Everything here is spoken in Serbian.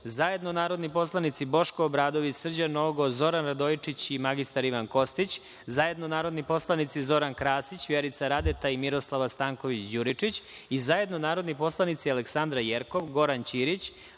zajedno narodni poslanici Boško Obradović, Srđan Nogo, Zoran Radojičić i mr Ivan Kostić, zajedno narodni poslanici Zoran Krasić, Vjerica Radeta i Miroslava Stanković Đuričić, i zajedno narodni poslanici Aleksandra Jerkov, Goran Ćirić,